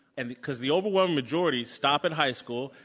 and because the overwhelming majority stop in high school.